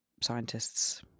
scientists